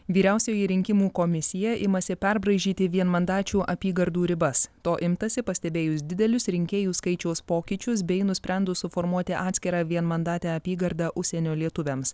vyriausioji rinkimų komisija imasi perbraižyti vienmandačių apygardų ribas to imtasi pastebėjus didelius rinkėjų skaičiaus pokyčius bei nusprendus suformuoti atskirą vienmandatę apygardą užsienio lietuviams